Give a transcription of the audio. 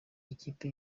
ikipe